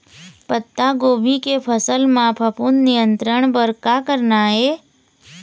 पत्तागोभी के फसल म फफूंद नियंत्रण बर का करना ये?